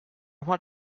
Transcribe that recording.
want